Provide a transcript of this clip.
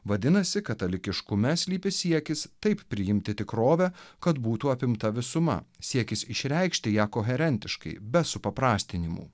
vadinasi katalikiškume slypi siekis taip priimti tikrovę kad būtų apimta visuma siekis išreikšti ją koherentiškai be suprastinimų